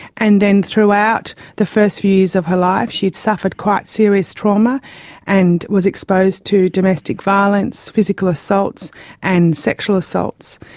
and then throughout the first few years of her life she had suffered quite serious trauma and was exposed to domestic violence, physical assaults and sexual assaults.